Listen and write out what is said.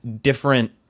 different